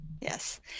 yes